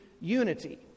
unity